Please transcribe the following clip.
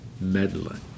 meddling